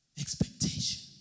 Expectation